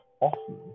often